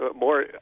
more